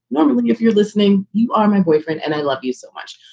number one, if you're listening, you are my boyfriend and i love you so much.